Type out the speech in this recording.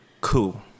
Cool